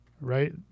right